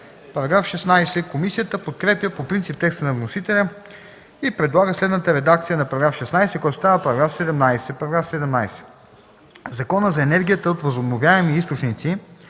става § 16. Комисията подкрепя по принцип текста на вносителя и предлага следната редакция на § 16, който става § 17: „§ 17. В Закона за енергията от възобновяеми източници